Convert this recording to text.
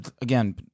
Again